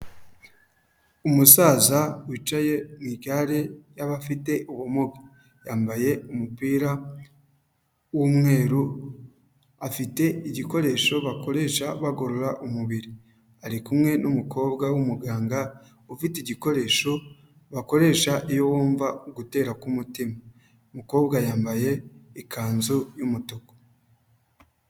Umusaza wicaye mu igare ry'abafite ubumuga, yambaye umupira w'umweru, afite igikoresho bakoresha bagorora umubiri. Ari kumwe n'umukobwa w'umuganga, ufite igikoresho bakoresha iyo bumva ugutera k'umutima, umukobwa yambaye ikanzu y'umutuku.